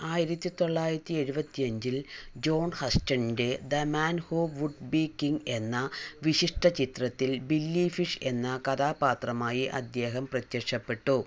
ആയിരത്തിത്തൊള്ളായിരത്തി എഴുപത്തിയഞ്ചിൽ ജോൺ ഹസ്റ്റണിൻ്റെ the man who would be king എന്ന വിശിഷ്ടചിത്രത്തിൽ ബില്ലി ഫിഷ് എന്ന കഥാപാത്രമായി അദ്ദേഹം പ്രത്യക്ഷപ്പെട്ടു